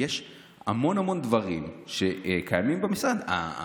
יש המון דברים שקיימים במשרד.